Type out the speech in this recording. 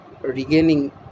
regaining